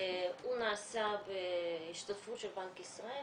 הוא נעשה בהשתתפות של בנק ישראל,